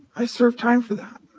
i served time for that.